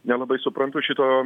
nelabai suprantu šito